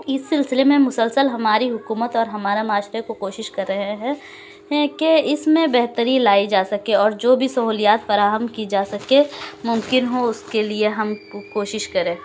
اس سلسلے میں مسلسل ہماری حکومت اور ہمارا معاشرے کو کوشش کر رہے ہیں کہ اس میں بہتری لائی جا سکے اور جو بھی سہولیات فراہم کی جا سکے ممکن ہو اس کے لیے ہم کوشش کریں